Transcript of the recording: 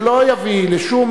זה לא יביא לשום,